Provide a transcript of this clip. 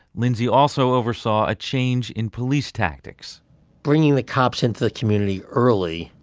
lindsay also oversaw a change in police tactics bringing the cops into the community early,